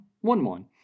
One-one